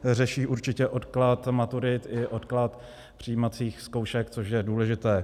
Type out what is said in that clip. Řeší určitě odklad maturit i odklad přijímacích zkoušek, což je důležité.